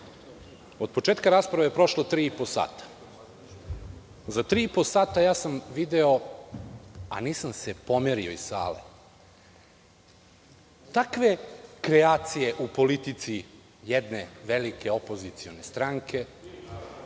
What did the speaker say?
Od početka rasprave prošlo je tri i po sata. Za tri i po sata ja sam video, a nisam se pomerio iz sale takve kreacije u politici jedne velike opozicione stranke,